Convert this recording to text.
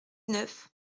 neuf